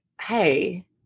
hey